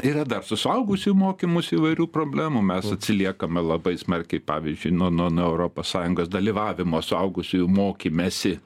yra dar su suaugusiųjų mokymusi įvairių problemų mes atsiliekame labai smarkiai pavyzdžiui nuo nuo europos sąjungos dalyvavimo suaugusiųjų mokymesi